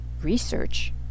research